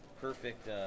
perfect